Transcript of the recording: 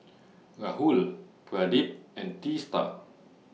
Rahul Pradip and Teesta